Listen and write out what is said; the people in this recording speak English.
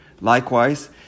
Likewise